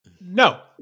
No